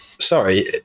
sorry